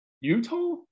Utah